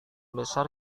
besar